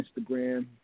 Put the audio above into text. Instagram